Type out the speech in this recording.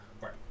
Right